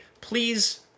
Please